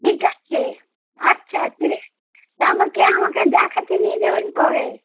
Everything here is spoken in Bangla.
ঠিক আছে আচ্ছা তিরিশ তা আমাকে আমাকে দেখাতে নিয়ে যাবেন কবে